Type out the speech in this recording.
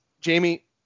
Jamie